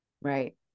Right